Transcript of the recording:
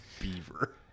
Beaver